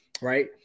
right